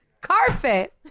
Carpet